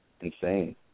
insane